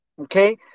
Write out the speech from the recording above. okay